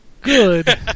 good